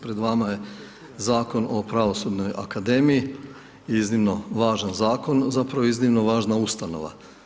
Pred vama je Zakon o pravosudnoj akademiji, iznimno važan zakon zapravo, iznimno važan ustanova.